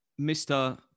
Mr